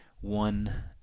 one